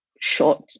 short